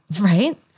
right